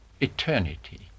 eternity